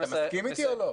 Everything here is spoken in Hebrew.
אתה מסכים איתי או לא?